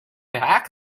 back